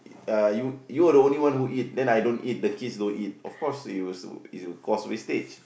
uh you you are the only one who eat then I don't eat the kids don't eat of course it will s~ it'll cause wastage